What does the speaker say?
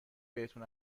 بهتون